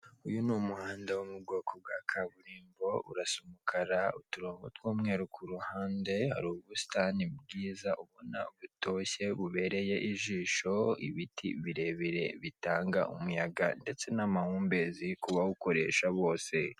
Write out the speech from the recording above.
Uyu n'umuhanda wo mubwoko bwa kaburimbo urasa umukara uturongo tw'umweru kuruhande, har'ubusitani bwiza ubona butoshye bubereye ijisho, ibiti birerebire bitanga umuyaga ndetse n'amahumbezi kubawukoresha bose.